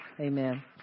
Amen